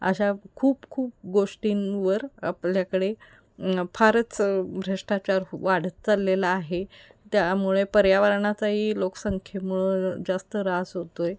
अशा खूप खूप गोष्टींवर आपल्याकडे फारच भ्रष्टाचार वाढत चाललेला आहे त्यामुळे पर्यावरणाचाही लोकसंख्येमुळं जास्त ऱ्हास होतो आहे